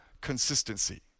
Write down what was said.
consistency